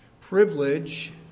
privilege